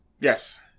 Yes